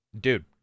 Dude